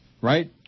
Right